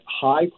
high